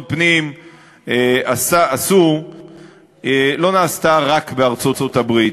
הפנים עשו לא נעשתה רק בארצות-הברית.